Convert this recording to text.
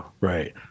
Right